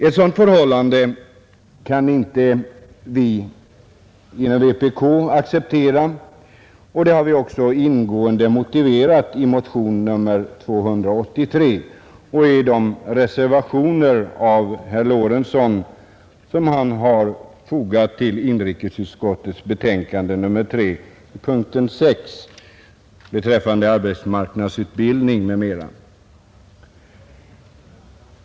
Ett sådant förhållande kan inte vi inom vpk acceptera, och det har vi också ingående motiverat i motion nr 283 och i de reservationer av herr Lorentzon som är fogade till inrikesutskottets betänkande nr 3 under punkten 6, Arbetsmarknadsutbildning m.m.